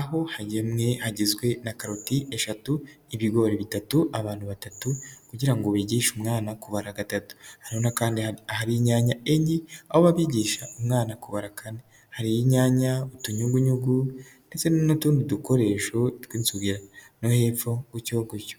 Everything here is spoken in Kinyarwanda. aho hagemwe hagizwe na karoti eshatu, ibigori bitatu, abantu batatu kugira ngo bigishe umwana kubara gatatu. Hariho kandi ahari inyanya enye aho babigisha umwana kubara kane. Hari inyanya, utunnyugunyugu ndetse n'utundi dukoresho tw'inzogera, no hepfo gutyo gotyo.